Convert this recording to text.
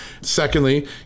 Secondly